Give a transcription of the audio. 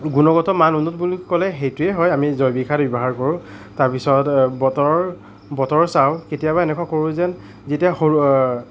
গুণগত মান উন্নত বুলি ক'লে সেইটোৱে হয় আমি জৈৱিক সাৰ ব্যৱহাৰ কৰোঁ তাৰ পিছত বতৰৰ বতৰ চাওঁ কেতিয়াবা এনেকুৱা কৰোঁ যেন যেতিয়া সৰু